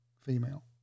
female